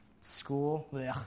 School